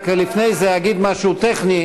לפני זה אני רק אגיד משהו טכני: